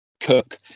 cook